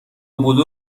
بدو